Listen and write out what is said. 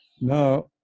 now